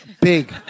Big